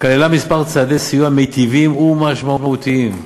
כללה כמה צעדי סיוע מיטיבים ומשמעותיים,